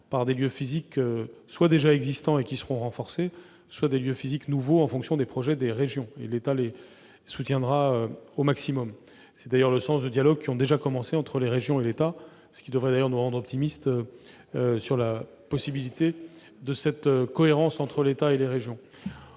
soit de lieux déjà existants, qui seront renforcés, soit de lieux nouveaux, en fonction des projets des régions, que l'État soutiendra au maximum. C'est d'ailleurs le sens des dialogues qui ont déjà commencé entre les régions et l'État, ce qui devrait nous rendre optimistes quant à la possibilité de cette cohérence entre l'État et les régions.